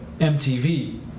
MTV